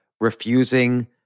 refusing